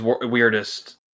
weirdest